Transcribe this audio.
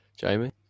Jamie